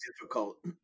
difficult